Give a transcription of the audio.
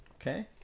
Okay